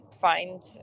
find